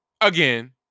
Again